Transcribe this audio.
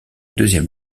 deuxième